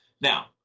Now